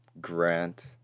Grant